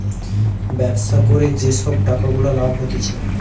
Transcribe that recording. ব্যবসা করে যে সব টাকা গুলা লাভ হতিছে